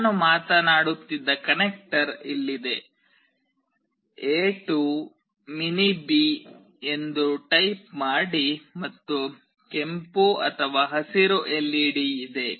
ನಾನು ಮಾತನಾಡುತ್ತಿದ್ದ ಕನೆಕ್ಟರ್ ಇಲ್ಲಿದೆ ಎ ಟು ಮಿನಿ ಬಿ ಎಂದು ಟೈಪ್ ಮಾಡಿ ಮತ್ತು ಕೆಂಪು ಹಸಿರು ಎಲ್ಇಡಿ ಇದೆ